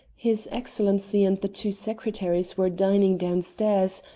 his excellency and the two secretaries were dining downstairs,